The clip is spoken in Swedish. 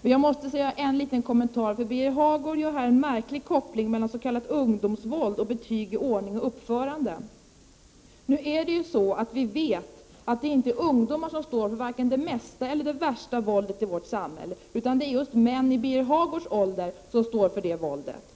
Men jag måste göra en liten kommentar. Birger Hagård gör en märklig koppling mellan s.k. ungdomsvåld och avsaknaden av betyg i ordning och uppförande. Men nu vet vi att det inte är ungdomar som står för vare sig det mesta eller det värsta våldet i vårt samhälle, utan det är män i Birger Hagårds ålder som står för det våldet.